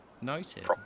Noted